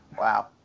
wow